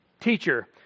Teacher